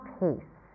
peace